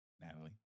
Natalie